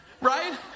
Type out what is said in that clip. Right